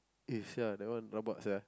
eh sia that one rabak sia